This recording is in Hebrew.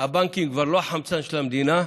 הבנקים כבר לא החמצן של המדינה,